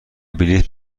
بلیط